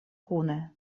kune